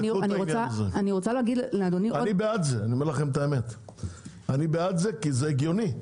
אני בעד זה, כי זה הגיוני,